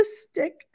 stick